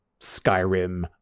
Skyrim